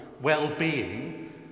well-being